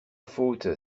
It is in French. faute